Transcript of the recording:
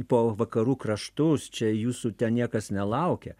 po vakarų kraštus čia jūsų ten niekas nelaukia